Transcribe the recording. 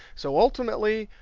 so, ultimately,